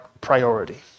priority